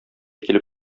килеп